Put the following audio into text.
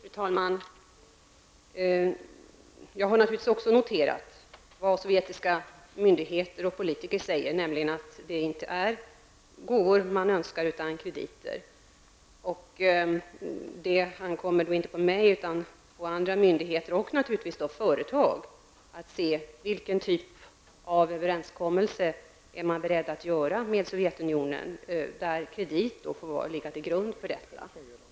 Fru talman! Även jag har naturligtvis noterat vad sovjetiska myndigheter och politiker säger, nämligen att man inte önskar gåvor utan krediter. Det ankommer inte på mig utan på andra myndigheter och naturligtvis på företag att avgöra vilken typ av överenskommelse, med kredit som grund, som man är beredd att genomföra med Sovjetunionen.